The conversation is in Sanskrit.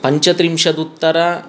पञ्चत्रिंशदुत्तर